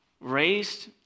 raised